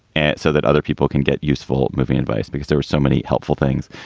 and so that other people can get useful moving advice because there were so many helpful things,